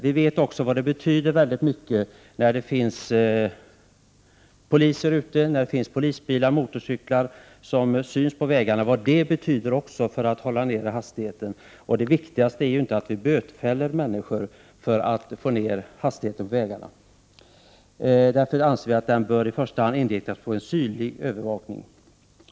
Vi vet vad det betyder för hastigheten att det finns polisbilar och polismotorcyklar på vägarna. Det viktigaste är inte att bötfälla människor för att få ner hastigheten på vägarna. Därför anser vi att trafikövervakningen i första hand bör inriktas på synlig övervakning.